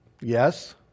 Yes